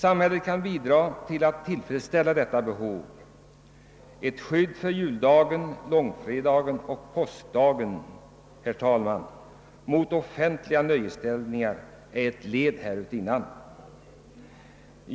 Samhället kan bidraga till att tillfredsställa detta behov. Ett skydd för juldagen, långfredagen och påskdagen, herr talman, mot offentliga nöjestillställningar är ett led härutinnan.